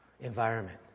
environment